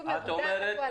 תסבירי לי מה אומר (ג), לא